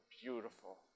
beautiful